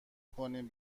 کنیم